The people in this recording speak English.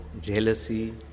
jealousy